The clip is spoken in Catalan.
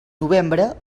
novembre